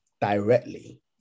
directly